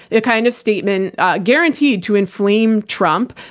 the kind of statement guaranteed to inflame trump,